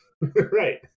Right